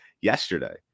yesterday